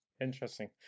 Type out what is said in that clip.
interesting